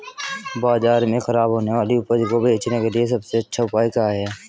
बाजार में खराब होने वाली उपज को बेचने के लिए सबसे अच्छा उपाय क्या है?